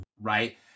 right